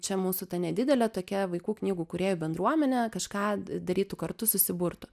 čia mūsų ta nedidelė tokia vaikų knygų kūrėjų bendruomenė kažką darytų kartu susiburtų